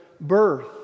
birth